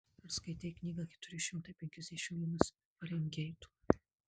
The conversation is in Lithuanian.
ar skaitei knygą keturi šimtai penkiasdešimt vienas farenheito